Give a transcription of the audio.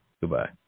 Goodbye